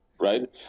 right